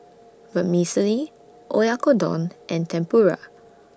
Vermicelli Oyakodon and Tempura